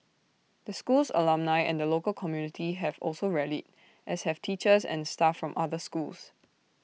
the school's alumni and the local community have also rallied as have teachers and staff from other schools